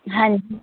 ਹਾਂਜੀ